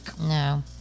No